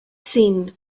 seen